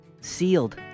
sealed